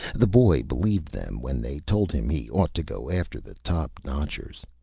the boy believed them when they told him he ought to go after the top-notchers.